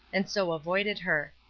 and so avoided her.